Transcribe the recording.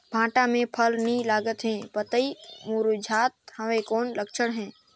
भांटा मे फल नी लागत हे पतई मुरझात हवय कौन लक्षण हे?